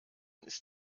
ist